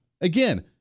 Again